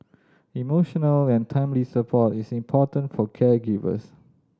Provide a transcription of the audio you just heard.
emotional and timely support is important for caregivers